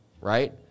right